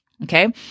Okay